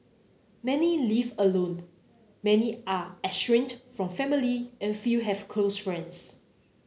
many live alone many are estranged from family and few have close friends